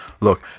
Look